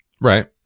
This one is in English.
right